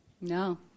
No